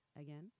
Again